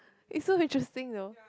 it's so interesting though